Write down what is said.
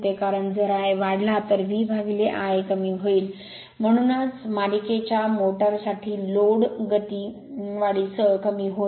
कारण जर Ia वाढला तर VIa कमी होईल म्हणून मालिकेच्या मोटर साठी लोड गती वाढीसह कमी होईल